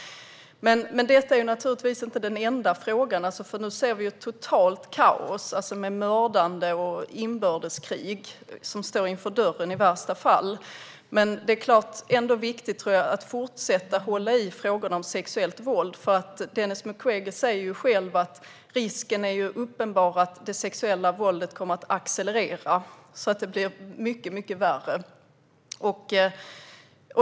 Detta är naturligtvis inte den enda frågan. Nu ser vi totalt kaos med mördande och ett inbördeskrig som i värsta fall står inför dörren. Det är ändå viktigt att fortsätta att hålla i frågorna om sexuellt våld. Denis Mukwege säger själv att risken är uppenbar att det sexuella våldet kommer att accelerera så att det blir mycket värre.